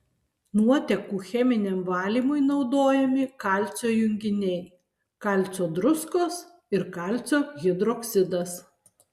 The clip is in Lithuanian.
nuotekų cheminiam valymui naudojami kalcio junginiai kalcio druskos ir kalcio hidroksidas